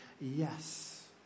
Yes